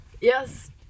Yes